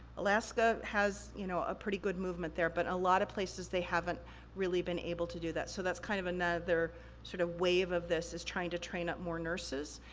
alaska has you know a pretty good movement there, but a lot of places, they haven't really been able to do that, so that's kind of another sort of, wave of this, is trying to train up more nurses.